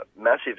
massive